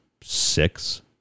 six